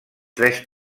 tres